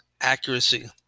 accuracy